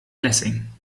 lessing